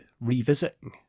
revisiting